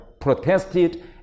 protested